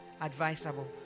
advisable